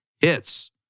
hits